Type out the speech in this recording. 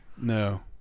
no